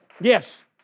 Yes